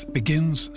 begins